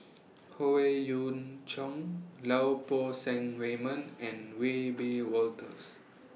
Howe Yoon Chong Lau Poo Seng Raymond and Wiebe Wolters